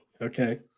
okay